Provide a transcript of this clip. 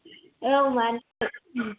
औ मादै